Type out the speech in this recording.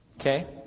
Okay